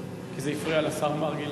כי זה הפריע לשר מרגי.